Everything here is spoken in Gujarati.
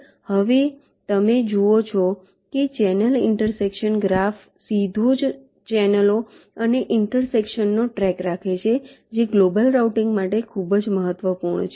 હવે તમે જુઓ છો કે ચેનલ ઈન્ટરસેક્શન ગ્રાફ સીધો જ ચેનલો અને ઈન્ટરસેક્શનનો ટ્રેક રાખે છે જે ગ્લોબલ રાઉટિંગ માટે મહત્વપૂર્ણ છે